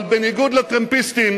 אבל בניגוד לטרמפיסטים,